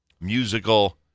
musical